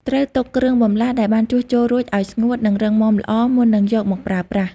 ត្រូវទុកគ្រឿងបន្លាស់ដែលបានជួសជុលរួចឲ្យស្ងួត និងរឹងមាំល្អមុននឹងយកមកប្រើប្រាស់។